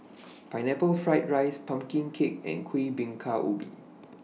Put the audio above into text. Pineapple Fried Rice Pumpkin Cake and Kuih Bingka Ubi